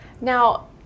Now